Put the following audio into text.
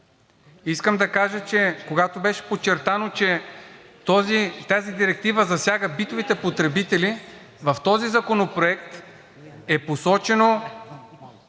Искам да кажа, че когато беше подчертано, че тази директива засяга битовите потребители в този законопроект, е посочено,